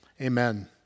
Amen